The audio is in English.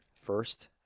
first